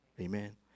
Amen